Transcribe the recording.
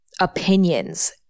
opinions